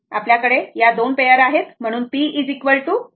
तर आपल्याकडे दोन पेअर आहेत p 2 पोल्सच्या पेयर्स आहे